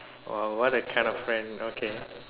!wow! what a kind of friend okay